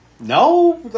No